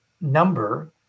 number